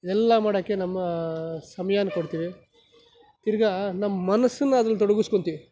ಇವೆಲ್ಲ ಮಾಡೋಕ್ಕೆ ನಮ್ಮ ಸಮ್ಯಾನ ಕೊಡ್ತೀವಿ ತಿರ್ಗಾ ನಮ್ಮ ಮನಸ್ಸನ್ನು ಅದರಲ್ಲಿ ತೊಡಗಿಸ್ಕೊತೀವಿ